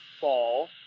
fall